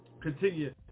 continue